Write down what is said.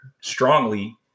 strongly